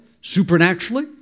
supernaturally